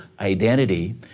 identity